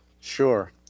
Sure